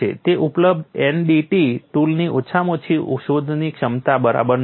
તે ઉપલબ્ધ NDT ટૂલની ઓછામાં ઓછી શોધવાની ક્ષમતા બરાબર નથી